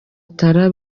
talon